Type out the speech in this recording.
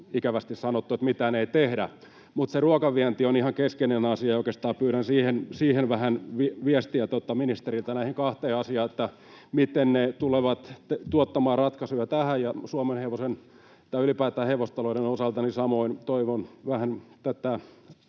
ikävästi sanottu, että mitään ei tehdä. Mutta se ruokavienti on ihan keskeinen asia, ja oikeastaan pyydän vähän viestejä ministeriltä näihin kahteen asiaan: Miten ne tulevat tuottamaan ratkaisuja tähän? Ja suomenhevosen tai ylipäätään hevostalouden osalta samoin toivon vähän tätä,